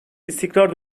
istikrar